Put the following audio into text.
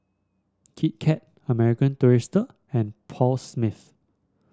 Kit Kat American Tourister and Paul Smith